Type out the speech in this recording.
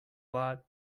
lot